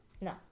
No